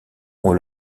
ont